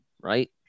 right